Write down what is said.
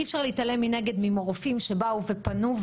מנגד, אי אפשר להתעלם מרופאים שבאו ופנו.